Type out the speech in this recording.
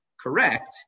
correct